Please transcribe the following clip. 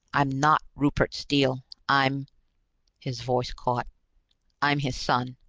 i'm not rupert steele. i'm his voice caught i'm his son.